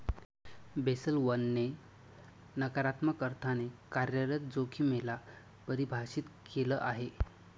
Basel one ने नकारात्मक अर्थाने कार्यरत जोखिमे ला परिभाषित केलं आहे